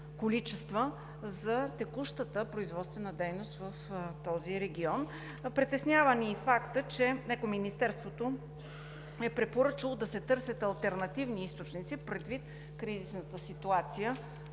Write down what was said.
за текущата производствена дейност в този регион? Притеснява ни и фактът, че Екоминистерството е препоръчало да се търсят алтернативни източници, предвид кризисната ситуация